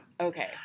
Okay